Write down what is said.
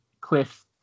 Cliff